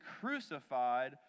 crucified